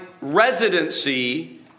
residency